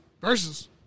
versus